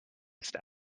step